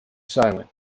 silent